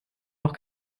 noch